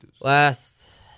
Last